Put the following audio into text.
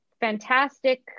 fantastic